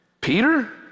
Peter